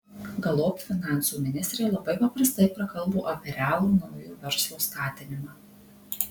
galop finansų ministrė labai paprastai prakalbo apie realų naujo verslo skatinimą